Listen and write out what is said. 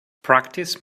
practice